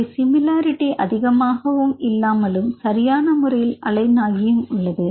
அவை சிமிலரிடி அதிகமாகவும் இல்லாமலும் சரியான முறையில் அலைன் ஆகியும் உள்ளது